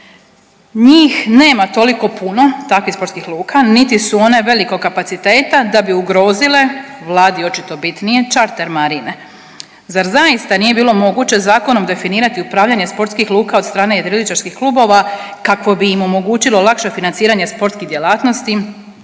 Njih nema toliko puno, takvih sportskih luka niti su one velikog kapaciteta da bi ugrozile, Vladi očito bitnije, charter marine. Zar zaista nije bilo moguće zakonom definirati upravljanje sportskih luka od strane jedriličarskih klubova kako bi im omogućilo lakše financiranje sportskih djelatnosti